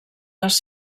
les